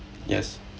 yes